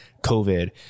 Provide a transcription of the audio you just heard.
COVID